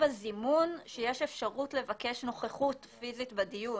בזימון שיש אפשרות לבקש נוכחות פיזית בדיון.